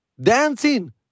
dancing